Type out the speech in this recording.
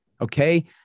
Okay